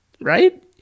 right